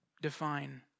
define